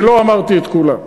ולא אמרתי את כולם.